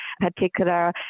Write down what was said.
particular